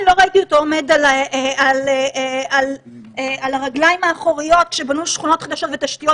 לא ראיתי אותו עומד על הרגליים האחוריות כשבנו שכונות חדשות ותשתיות,